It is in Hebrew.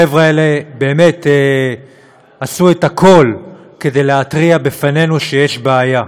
החבר'ה האלה באמת עשו את הכול כדי להתריע בפנינו שיש בעיה.